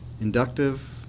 inductive